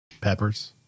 Peppers